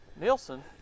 Nielsen